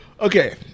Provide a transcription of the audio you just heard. Okay